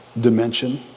dimension